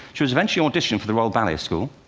she was eventually auditioned for the royal ballet school.